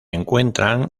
encuentran